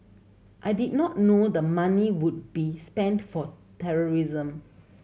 I did not know the money would be spent for terrorism